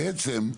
בעצם,